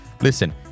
Listen